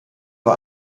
war